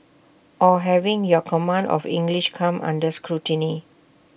or having your command of English come under scrutiny